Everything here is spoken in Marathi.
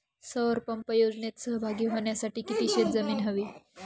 सौर पंप योजनेत सहभागी होण्यासाठी किती शेत जमीन हवी?